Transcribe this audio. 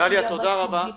דליה, תודה רבה.